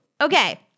Okay